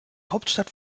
hauptstadt